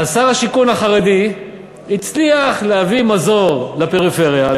שר השיכון החרדי הצליח להביא מזור לפריפריה,